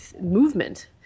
movement